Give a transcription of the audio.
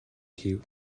хийв